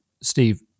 steve